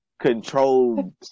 control